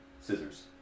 Scissors